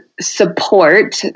support